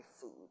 food